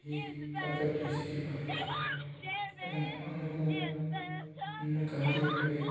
ଏହି କାର୍ଯ୍ୟଟି ଶିଖିପାରିବା ଏବଂ ଆମକୁ ଅନ୍ୟ କାହାରି ଉପରେ